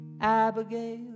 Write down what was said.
Abigail